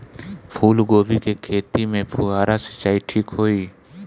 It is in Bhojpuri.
फूल गोभी के खेती में फुहारा सिंचाई ठीक होई?